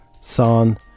Son